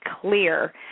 clear